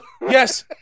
Yes